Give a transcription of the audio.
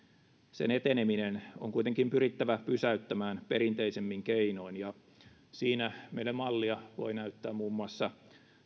epidemian eteneminen on kuitenkin pyrittävä pysäyttämään perinteisemmin keinoin siinä meille mallia voi näyttää muun muassa